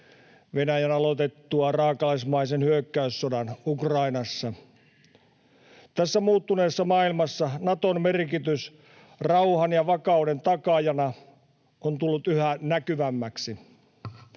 Venäjän aloitettua raakalaismaisen hyökkäyssodan Ukrainassa. Tässä muuttuneessa maailmassa Naton merkitys rauhan ja vakauden takaajana on tullut yhä näkyvämmäksi.